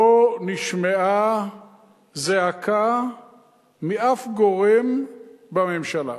לא נשמעה זעקה משום גורם בממשלה.